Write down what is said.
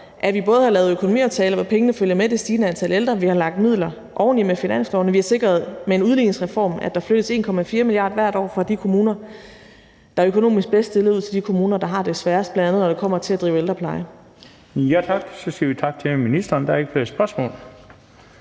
at vi både har lavet økonomiaftaler, hvor pengene følger med det stigende antal ældre, vi har lagt midler oveni med finanslovene, og vi har sikret med en udligningsreform, at der flyttes 1,4 mia. kr. hvert år fra de kommuner, der er økonomisk bedst stillet, ud til de kommuner, der har det sværest, bl.a. når det kommer til at drive ældrepleje. Kl. 11:51 Den fg. formand (Bent Bøgsted): Der er ikke flere spørgsmål,